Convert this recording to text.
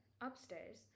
upstairs